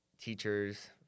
teachers